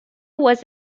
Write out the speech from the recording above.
was